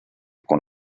con